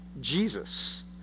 Jesus